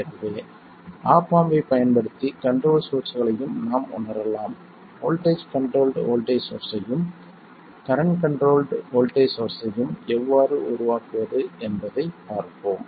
எனவே op amp ஐப் பயன்படுத்தி கண்ட்ரோல் சோர்ஸ்களையும் நாம் உணரலாம் வோல்ட்டேஜ் கண்ட்ரோல்ட் வோல்ட்டேஜ் சோர்ஸ்ஸையும் கரண்ட் கண்ட்ரோல்ட் வோல்ட்டேஜ் சோர்ஸ்ஸையும் எவ்வாறு உருவாக்குவது என்பதைப் பார்த்தோம்